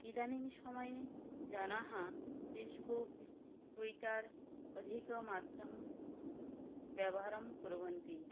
इदानीं समये जनाः फ़ेश्बुक् ट्विटर् अधिकमात्रं व्यवहारं कुर्वन्ति